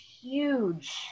huge